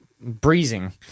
Breezing